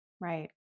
right